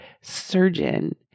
surgeon